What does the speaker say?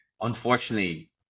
unfortunately